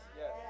yes